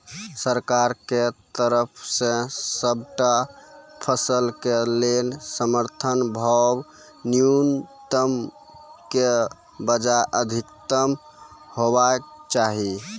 सरकारक तरफ सॅ सबटा फसलक लेल समर्थन भाव न्यूनतमक बजाय अधिकतम हेवाक चाही?